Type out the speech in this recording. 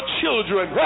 children